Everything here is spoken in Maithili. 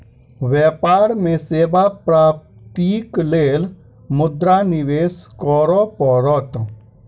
व्यापार में सेवा प्राप्तिक लेल मुद्रा निवेश करअ पड़त